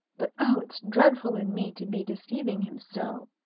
but, oh, it's dreadful in me to be deceiving him so!